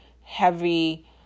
heavy